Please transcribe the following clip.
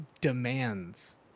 demands